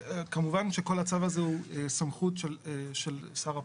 כמובן שכל הצו הזה הוא סמכות של שר הפנים.